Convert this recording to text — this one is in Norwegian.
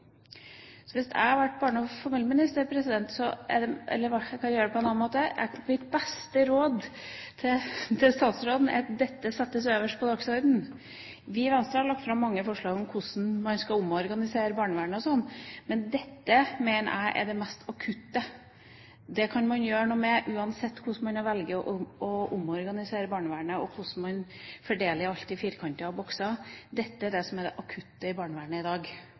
Så mitt beste råd til statsråden er at dette settes øverst på dagsordenen. Vi i Venstre har lagt fram mange forslag om hvordan en skal omorganisere barnevernet. Men dette mener jeg er det mest akutte. Det kan man gjøre noe med, uansett hvordan man velger å omorganisere barnevernet, og hvordan man fordeler alt i firkantete bokser. Dette er det som er akutt i barnevernet i dag,